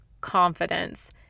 confidence